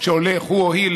הוא או היא,